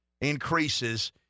increases